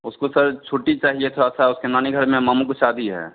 उसको सर छुट्टी चाहिए था सा उसके नानी घर में मामू का शादी है